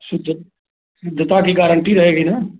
शुद्ध शुद्धता की गारंटी रहेगी ना